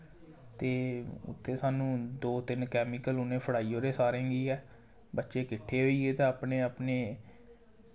ते उ'त्थें सानूं दो तिन्न केमिकल उ'न्ने फड़ाई ओड़े सारें गी गै बच्चे किट्ठे होइये ते अपने अपने